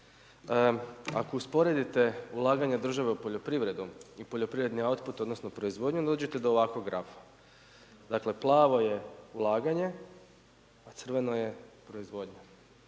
Ako usporedite ulaganje države u poljoprivredu i poljoprivredni autput, odnosno proizvodnju, onda dođete do ovakvog grafa, dakle, plavo je ulaganje, a crveno je proizvodnja.